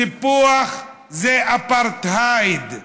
סיפוח זה אפרטהייד,